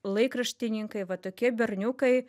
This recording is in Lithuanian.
laikraštininkai va tokie berniukai